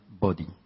body